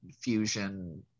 fusion